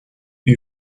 eût